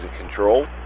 Control